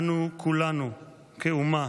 אנו כולנו כאומה